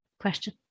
question